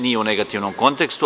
Nije u negativnom kontekstu.